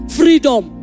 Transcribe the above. freedom